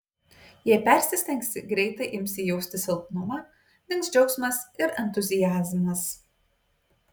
jei persistengsi greitai imsi jausti silpnumą dings džiaugsmas ir entuziazmas